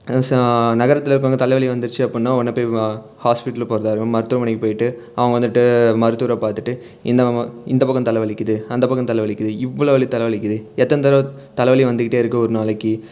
ச நகரத்தில் இருக்கிறவங்க தலை வலி வந்துருச்சு அப்படின்னால் உடனே போய் ஹாஸ்பிட்டல் போகிறதாகட்டும் மருத்துவமனைக்கு போய்விட்டு அவங்க வந்துட்டு மருத்துவரை பார்த்துட்டு இந்த ப இந்த பக்கம் தலைவலிக்குது அந்த பக்கம் தலைவலிக்குது இவ்வளோ வலி தலைவலிக்குது எத்தனை தடவை தலைவலி வந்துகிட்டே இருக்குது ஒரு நாளைக்கு